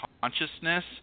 consciousness